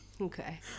Okay